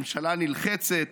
ממשלה נלחצת.